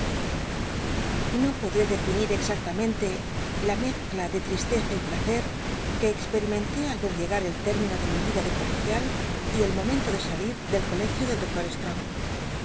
no podl'é definir exacl amente la mezcla de tristeza y place que experimenté al ver llegar el término de mi vida de colegial y el momento de salir del colegio del doctor